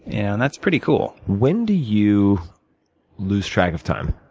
and that's pretty cool. when do you lose track of time?